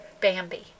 bambi